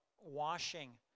washing